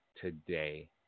today